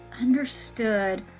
understood